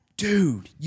Dude